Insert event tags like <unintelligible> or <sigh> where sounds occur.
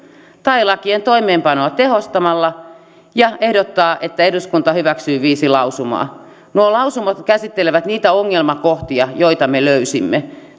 tai lakien toimeenpanoa tehostamalla ja ehdottaa että eduskunta hyväksyy viisi lausumaa nuo lausumat käsittelevät niitä ongelmakohtia joita me löysimme <unintelligible>